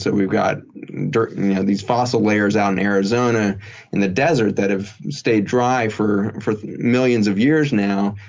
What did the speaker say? so we've got dirt these fossil layers out in arizona and the desert that have stayed dry for for millions of years now.